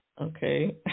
Okay